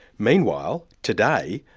meanwhile, today,